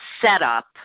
setup